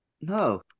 No